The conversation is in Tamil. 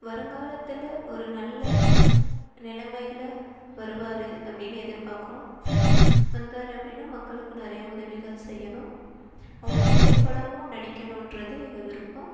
வருங்காலத்தில் ஒரு நல்ல நெலைமைல வருவார் அப்படின்னு எதிர் பார்க்கிறோம் வந்தார் அப்படின்னா மக்களுக்கு நிறைய உதவிகள் செய்யணும் அவங்க திரைப்படமும் நடிக்கணுன்றது எங்கள் விருப்பம்